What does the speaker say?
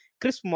Chris